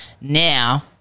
Now